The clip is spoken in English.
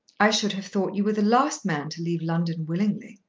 i should have thought you were the last man to leave london willingly.